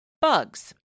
Bugs